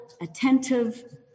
attentive